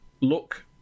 look